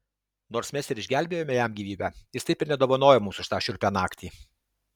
nors mes ir išgelbėjome jam gyvybę jis taip ir nedovanojo mums už tą šiurpią naktį